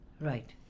right